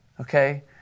okay